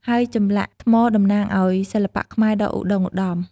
ហើយចម្លាក់ថ្មតំណាងឱ្យសិល្បៈខ្មែរដ៏ឧត្តុង្គឧត្តម។